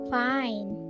fine